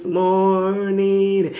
morning